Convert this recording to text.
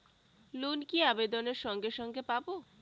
Loan কি আবেদনের সঙ্গে সঙ্গে পাব?